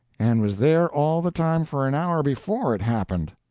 and was there all the time for an hour before it happened.